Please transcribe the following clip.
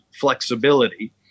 flexibility